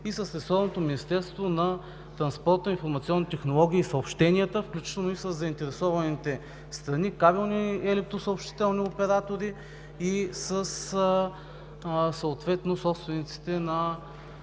и с ресорното Министерство на транспорта, информационните технологии и съобщенията, включително и със заинтересованите страни – кабелни, електро-, съобщителни оператори и съответно със собствениците на